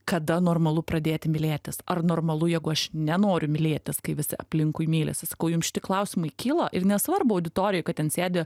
kada normalu pradėti mylėtis ar normalu jeigu aš nenoriu mylėtis kai visi aplinkui mylisi sakau jum šiti klausimai kyla ir nesvarbu auditorijoj kad ten sėdi